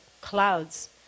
clouds